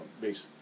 base